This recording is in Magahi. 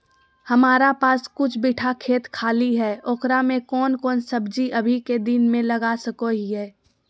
हमारा पास कुछ बिठा खेत खाली है ओकरा में कौन कौन सब्जी अभी के दिन में लगा सको हियय?